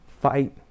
fight